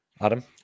Adam